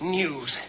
news